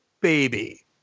baby